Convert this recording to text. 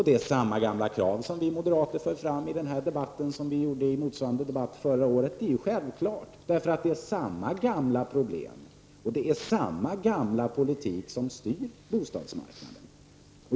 Det är självklart att vi moderater för fram samma gamla krav i den här debatten som i motsvarande debatt förra året, eftersom det är samma gamla problem och samma gamla politik som styr bostadsmarknaden.